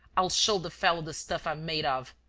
i'll show the fellow the stuff i'm made of.